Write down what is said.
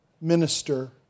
minister